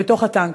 בתוך הטנק.